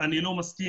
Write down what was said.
אני לא מסכים.